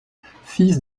fils